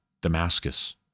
Damascus